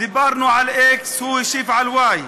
דיברנו על x, הוא השיב על y.